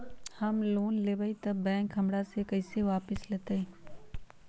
हम लोन लेलेबाई तब बैंक हमरा से पैसा कइसे वापिस लेतई?